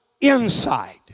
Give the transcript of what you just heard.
inside